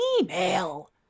email